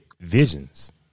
visions